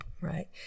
right